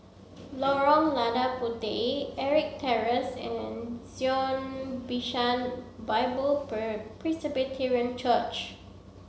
Lorong Lada Puteh Ettrick Terrace and Zion Bishan Bible Presbyterian Church